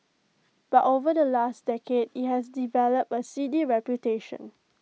but over the last decade IT has developed A seedy reputation